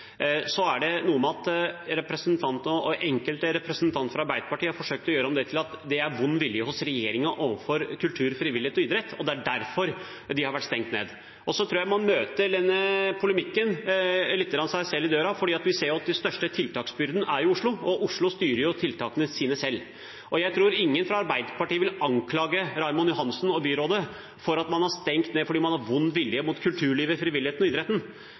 Så er det noe med at representanten og enkelte andre representanter fra Arbeiderpartiet har forsøkt å gjøre det til at det er vond vilje hos regjeringen overfor kultur, frivillighet og idrett, og at det er derfor disse har vært stengt ned. Jeg tror man med denne polemikken møter seg selv litt i døra, for vi ser jo at den største tiltaksbyrden er i Oslo, og Oslo styrer jo tiltakene sine selv. Jeg tror ingen fra Arbeiderpartiet ville anklaget Raymond Johansen og byrådet for å ha stengt ned fordi man har vond vilje overfor kulturlivet, frivilligheten og idretten.